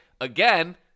again